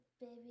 baby